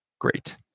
great